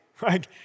right